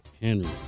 Henry